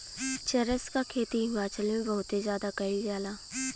चरस क खेती हिमाचल में बहुते जादा कइल जाला